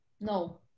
no